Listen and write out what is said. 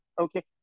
okay